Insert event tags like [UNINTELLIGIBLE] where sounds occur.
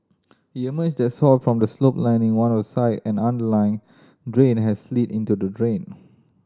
it emerged that soil from the slope lining one of side and [UNINTELLIGIBLE] drain had slid into the drain